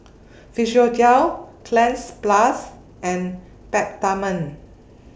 Physiogel Cleanz Plus and Peptamen